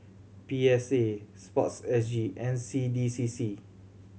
P S A Sports S G N C D C C